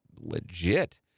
legit